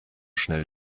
schnell